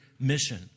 mission